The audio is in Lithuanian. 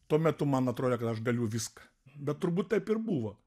tuo metu man atrodė kad aš galiu viską bet turbūt taip ir buvo